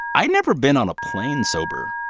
i'd never been on a plane sober.